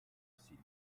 s’ils